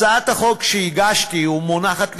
הצעת החוק שהגשתי ומונחת לפניכם,